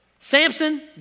Samson